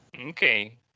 Okay